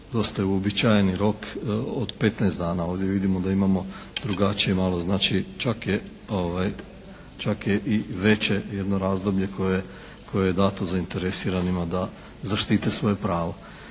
uobičajeni rok od 15 dana. Ovdje vidimo da imamo drugačije malo. Znači, čak je i veće jedno razdoblje koje je dato zainteresiranima da zaštite svoje pravo.